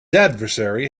adversary